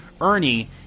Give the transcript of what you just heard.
Ernie